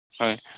হয়